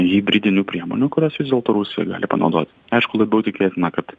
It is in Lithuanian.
hibridinių priemonių kurias vis dėlto rusija gali panaudot aišku labiau tikėtina kad